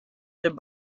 their